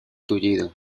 tullidos